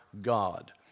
God